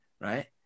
right